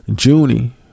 Junie